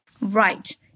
Right